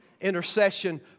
intercession